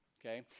Okay